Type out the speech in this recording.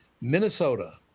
Minnesota